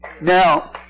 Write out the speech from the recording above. Now